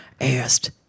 asked